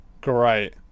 Great